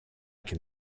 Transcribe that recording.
can